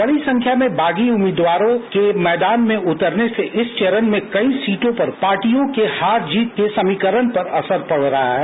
बड़ी संख्या में बागी उम्मीदवारों के मैदान में उतरने से इस चरण में कई सीटों पर पार्टियों के जीत हार के समीकरणों पर असर पड सकता है